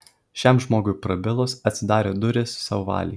šiam žmogui prabilus atsidarė durys sauvalei